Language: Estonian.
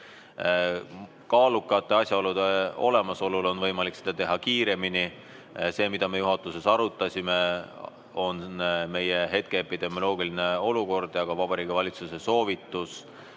Kaalukate asjaolude olemasolu korral on võimalik seda [muuta] kiiremini. See, mida me juhatuses arutasime, on meie hetke epidemioloogiline olukord ja ka Vabariigi Valitsuse soovitus